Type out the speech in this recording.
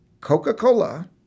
Coca-Cola